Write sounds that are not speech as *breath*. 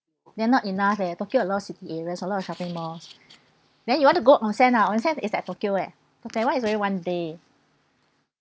then not enough eh tokyo a lot of city areas a lot of shopping malls *breath* then you want to go onsen ah onsen is at tokyo leh but that [one] is already one day